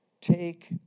take